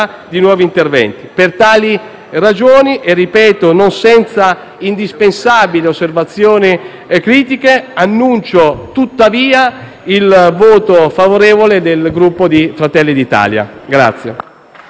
- ripeto - non senza indispensabili osservazioni critiche, dichiaro tuttavia il voto favorevole del Gruppo Fratelli d'Italia.